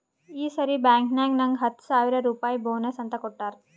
ಈ ಸರಿ ಬ್ಯಾಂಕ್ನಾಗ್ ನಂಗ್ ಹತ್ತ ಸಾವಿರ್ ರುಪಾಯಿ ಬೋನಸ್ ಅಂತ್ ಕೊಟ್ಟಾರ್